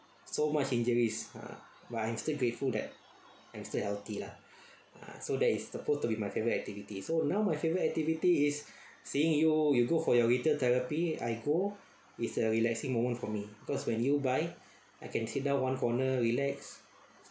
so much injuries ah but I'm still grateful that I'm still healthy lah ah so that is supposed to be my favourite activity so now my favourite activity is seeing you you go for your retail therapy I go is a relaxing moment for me cause when you buy I can sit down one corner relax